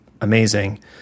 amazing